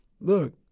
Look